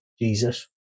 Jesus